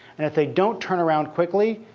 and if they don't turn around quickly,